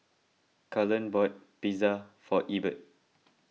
Cullen bought Pizza for Ebert